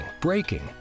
braking